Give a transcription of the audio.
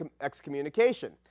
excommunication